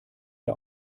der